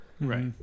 right